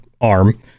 arm